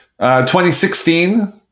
2016